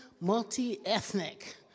multi-ethnic